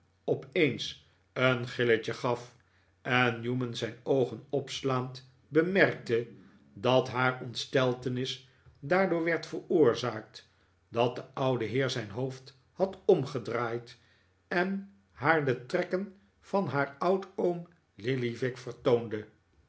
eens een gilletje gaf en newman zijn oogen opslaand bemerkte dat haar ontsteltenis daardoor werd veroorzaakt dat de oude heer zijn hoofd had omgedraaid en haar de trekken van haar oudoom lillyvick vertoonde